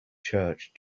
church